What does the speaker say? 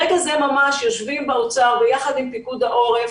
ברגע זה ממש יושבים במשרד האוצר ביחד עם פיקוד העורף.